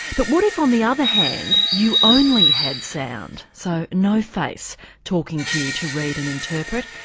but what if, on the other hand, you only had sound, so, no face talking to you to read and interpret,